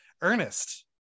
Ernest